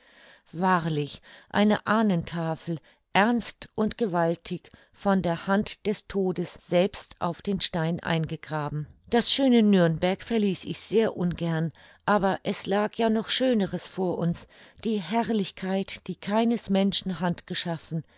wahrlich eine ahnentafel ernst und gewaltig von der hand des todes selbst auf den stein eingegraben das schöne nürnberg verließ ich sehr ungern aber es lag ja noch schöneres vor uns die herrlichkeit die keines menschen hand geschaffen